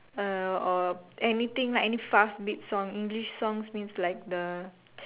uh or anything lah any fast beat songs English songs means like the